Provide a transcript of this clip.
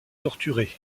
torturé